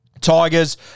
Tigers